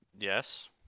Yes